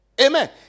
Amen